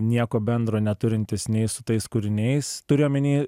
nieko bendro neturintis nei su tais kūriniais turiu omeny